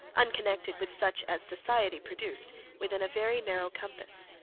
unconnected with such as society produced, within a very narrow compass.